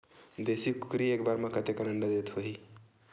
देशी कुकरी एक बार म कतेकन अंडा देत होही?